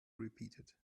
repeated